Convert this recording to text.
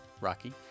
Rocky